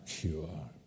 cure